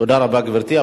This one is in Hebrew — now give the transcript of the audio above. תודה רבה, גברתי.